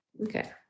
Okay